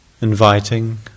inviting